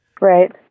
Right